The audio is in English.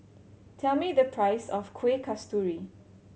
tell me the price of Kuih Kasturi